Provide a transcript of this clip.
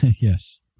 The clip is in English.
Yes